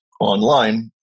online